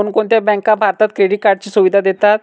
कोणकोणत्या बँका भारतात क्रेडिट कार्डची सुविधा देतात?